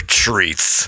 treats